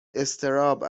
اضطراب